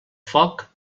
foc